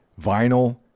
vinyl